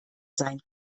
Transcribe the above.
sein